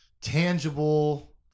tangible